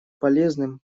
полезным